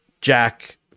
Jack